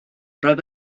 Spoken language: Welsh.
roedd